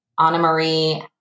Anna-Marie